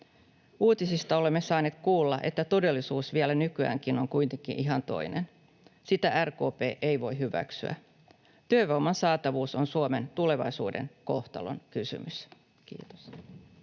Uutisista olemme saaneet kuulla, että todellisuus vielä nykyäänkin on kuitenkin ihan toinen. Sitä RKP ei voi hyväksyä. Työvoiman saatavuus on Suomen tulevaisuuden kohtalonkysymys. — Kiitos.